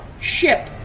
Ship